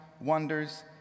wonders